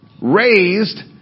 raised